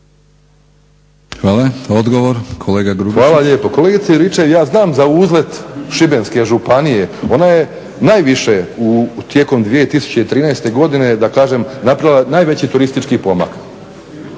**Grubišić, Boro (HDSSB)** Hvala lijepo. Kolegice Juričev ja znam za uzlet Šibenske županije. Ona je najviše tijekom 2013.godine, da kažem napravila najveći turistički pomak